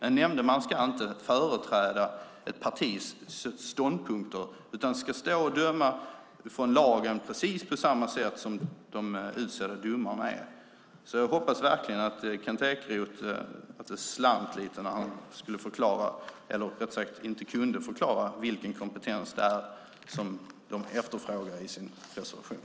En nämndeman ska inte företräda ett partis ståndpunkter utan ska döma utifrån lagen precis på samma sätt som de utsedda domarna. Jag hoppas verkligen att det slant lite när Kent Ekeroth inte kunde förklara vilken kompetens det är Sverigedemokraterna efterfrågar i sin reservation.